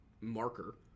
marker